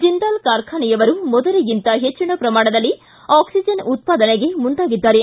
ಜಿಂದಾಲ್ ಕಾರ್ಖಾನೆಯವರು ಮೊದಲಿಗಿಂತ ಹೆಚ್ಚಿನ ಪ್ರಮಾಣದಲ್ಲಿ ಆಕ್ಲಿಜನ್ ಉತ್ಪಾದನೆಗೆ ಮುಂದಾಗಿದ್ದಾರೆ